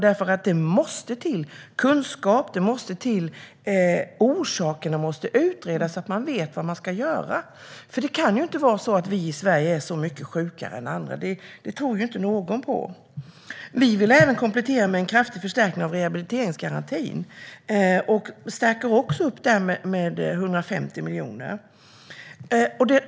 Det måste till kunskap, och orsakerna måste utredas, så att man vet vad man måste göra. Det kan ju inte vara så att vi i Sverige är så mycket sjukare än andra. Det tror ingen på. Vi vill även komplettera med en kraftig förstärkning av rehabiliteringsgarantin, också där med 150 miljoner.